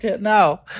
No